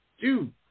dude